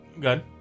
Good